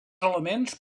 elements